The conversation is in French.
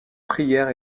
prière